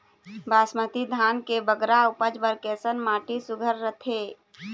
बासमती धान के बगरा उपज बर कैसन माटी सुघ्घर रथे?